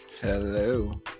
Hello